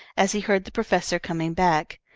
as he heard the professor coming back.